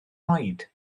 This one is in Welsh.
oed